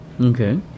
okay